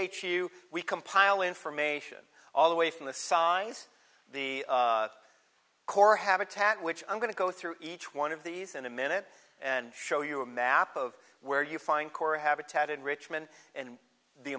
you we compile information all the way from the size of the core habitat which i'm going to go through each one of these in a minute and show you a map of where you find core habitat enrichment and the